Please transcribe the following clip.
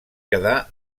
quedar